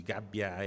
Gabbia